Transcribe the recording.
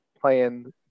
playing